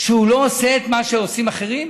שהוא לא עושה את מה שעשים אחרים?